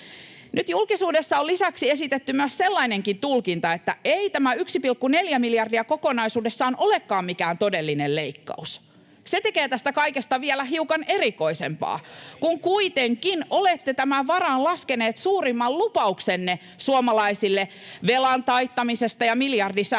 Nyt julkisuudessa on lisäksi esitetty myös sellainen tulkinta, että ei tämä 1,4 miljardia kokonaisuudessaan olekaan mikään todellinen leikkaus. Se tekee tästä kaikesta vielä hiukan erikoisempaa, kun kuitenkin olette tämän varaan laskeneet suurimman lupauksenne suomalaisille velan taittamisesta ja miljardisäästöistä.